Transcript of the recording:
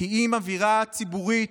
אם 'האווירה הציבורית'